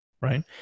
right